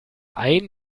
ein